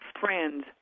friends